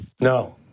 No